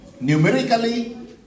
Numerically